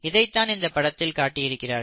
இதைத்தான் இந்த படத்தில் காட்டி இருக்கிறார்கள்